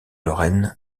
lorraine